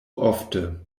ofte